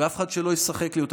אף אחד שלא ישחק לי אותה,